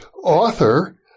author